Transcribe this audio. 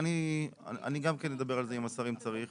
אני גם כן אדבר על זה עם השר אם צריך.